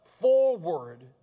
forward